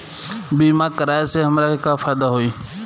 बीमा कराए से हमरा के का फायदा होई?